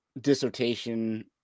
dissertation